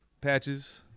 patches